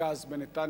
מחדל הגז בנתניה,